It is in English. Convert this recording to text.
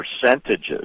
percentages